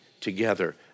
together